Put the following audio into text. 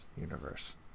universe